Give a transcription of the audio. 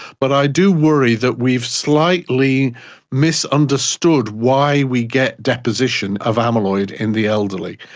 but i do worry that we've slightly misunderstood why we get deposition of amyloid in the elderly.